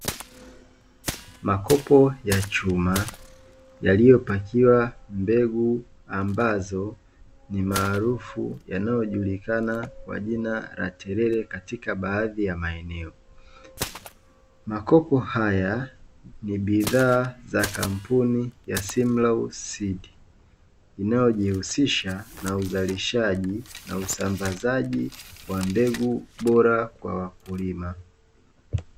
Makopo ya chuma yaliyopakiwa mbegu ambazo ni maalufu yanayojulikana kwa jina la Terere katika baadhi ya maeneo. Makopo haya ni bidhaa za ka kampuni ya "Simlow Seed" inayojihusisha na uzalishaji na usambazaji wa mbegu bora kwa wakulima.